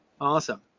awesome